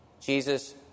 Jesus